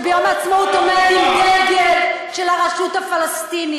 כשביום העצמאות הוא עומד עם דגל של הרשות הפלסטינית,